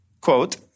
Quote